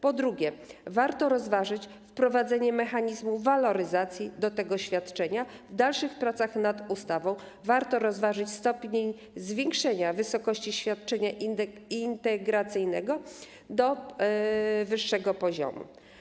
Po drugie, warto rozważyć wprowadzenie mechanizmu waloryzacji świadczenia w dalszych pracach nad ustawą, a także stopień zwiększenia wysokości świadczenia integracyjnego do wyższego poziomu.